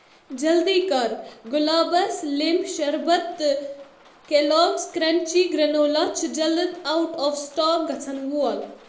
جلدی کر گُلابس لیٚمبۍ شربت تہٕ کیلاگس کرٛنچی گرٛنولا چھ جلدی اوٹ آف سٹاک گژھن وول